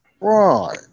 Right